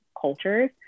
cultures